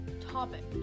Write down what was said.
Topic